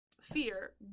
fear